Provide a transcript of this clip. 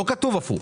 לא כתוב הפוך.